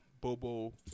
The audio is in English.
Bobo